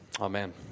amen